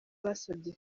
basabye